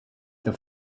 the